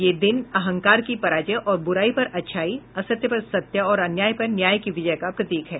यह दिन अहंकार की पराजय तथा बुराई पर अच्छाई असत्य पर सत्य और अन्याय पर न्याय की विजय का प्रतीक है